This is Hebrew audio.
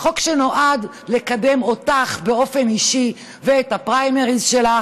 חוק שנועד לקדם אותך באופן אישי ואת הפריימריז שלך.